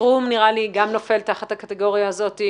נראה לי שגם חוק שטרום נופל תחת הקטגוריה הזאת,